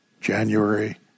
January